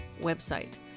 website